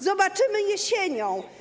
Zobaczymy jesienią.